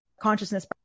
consciousness